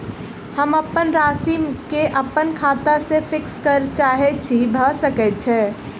हम अप्पन राशि केँ अप्पन खाता सँ फिक्स करऽ चाहै छी भऽ सकै छै?